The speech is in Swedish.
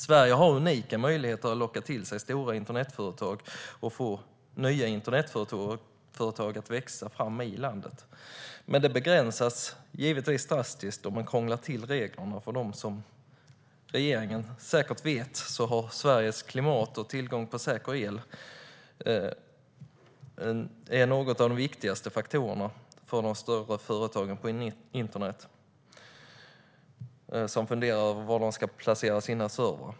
Sverige har unika möjligheter att locka till sig stora internetföretag och få nya internetföretag att växa fram i landet. Men möjligheterna begränsas givetvis drastiskt om man krånglar till reglerna för företagen. Som regeringen säkert vet hör Sveriges klimat och tillgång på säker el till de viktigaste faktorerna för de större företagen på internet som funderar över var de ska placera sina servrar.